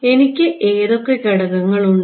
എനിക്ക് എന്ത് ഘടകങ്ങൾ ഉണ്ട്